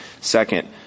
Second